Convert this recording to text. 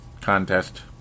contest